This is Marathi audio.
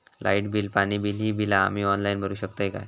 लाईट बिल, पाणी बिल, ही बिला आम्ही ऑनलाइन भरू शकतय का?